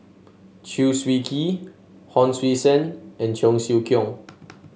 Chew Swee Kee Hon Sui Sen and Cheong Siew Keong